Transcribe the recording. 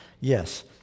Yes